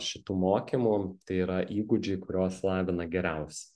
šitų mokymų tai yra įgūdžiai kuriuos lavina geriausi